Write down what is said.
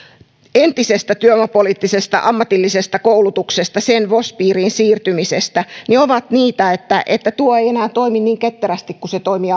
entisen työvoimapoliittisen ammatillisen koulutuksen vosin piiriin siirtymisestä ovat sellaisia että tuo ei enää toimi niin ketterästi kuin se toimi